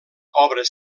obres